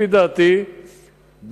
לפי דעתי,